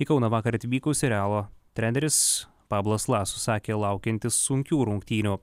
į kauną vakar atvykusi reala treneris pablo laso sakė laukiantis sunkių rungtynių